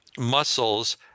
muscles